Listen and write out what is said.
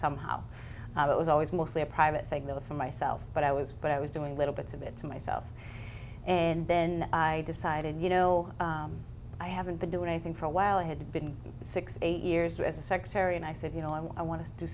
somehow it was always mostly a private thing though for myself but i was but i was doing little bits of it to myself and then i decided you know i haven't been doing anything for a while i had been six or eight years as a secretary and i said you know i want to do